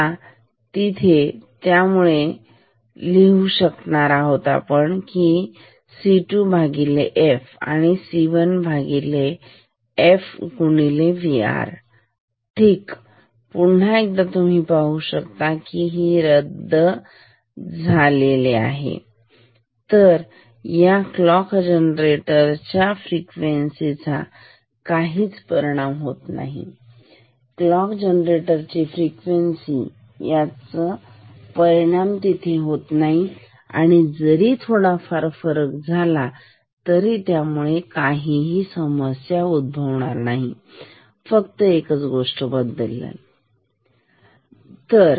तर मला तिथे त्यामुळे तुम्ही खरं तर लिहू शकता ही आहे C2f आणि हे आहे C1fVrठीक पुन्हा एकदा तुम्ही पाहू शकता हे आहे आणि रद्द झाले आहे तर या क्लॉक जनरेटरच्या फ्रिक्वेन्सी चा काहीही परिणाम होत नाही तर फ्रिक्वेन्सी क्लॉक जनरेटरची फ्रिक्वेन्सी याचा काहीच परिणाम नाही जरी हे थोडाफार बदललं तर खरच काही समस्या नाही यामुळे फक्त एकच गोष्ट बदलेल काय बदलेल